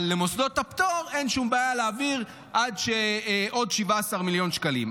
אבל למוסדות הפטור אין שום בעיה להעביר עוד 17 מיליון שקלים.